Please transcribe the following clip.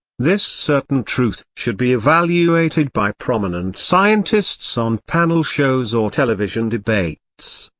this certain truth should be evaluated by prominent scientists on panel shows or television debates.